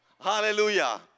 hallelujah